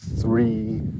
three